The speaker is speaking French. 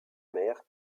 mère